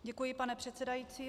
Děkuji, pane předsedající.